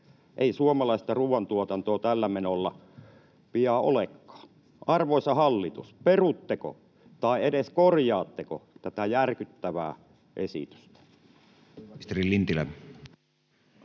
Ei suomalaista ruoantuotantoa tällä menolla pian olekaan. Arvoisa hallitus, perutteko tai edes korjaatteko tätä järkyttävää esitystä?